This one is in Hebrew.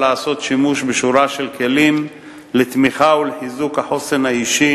לעשות שימוש בשורה של כלים לתמיכה ולחיזוק החוסן האישי